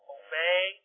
obey